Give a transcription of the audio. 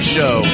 Show